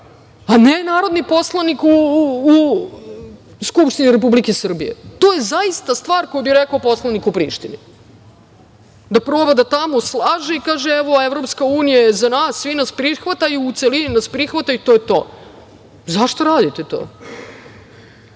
a ne narodni poslanik u Narodnoj skupštini Republike Srbije. To je zaista stvar koju bi rekao poslanik u Prištini, da proba da tamo slaže i kaže evo EU je za nas, svi nas prihvataju, u celini nas prihvataju i to je to. Zašto radite